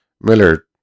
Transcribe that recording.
Miller